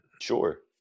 Sure